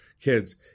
kids